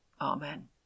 Amen